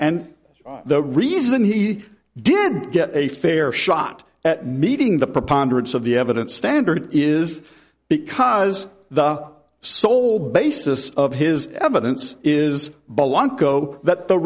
and the reason he didn't get a fair shot at meeting the preponderance of the evidence standard is because the sole basis of his evidence is